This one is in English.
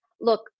Look